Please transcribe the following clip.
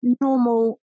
normal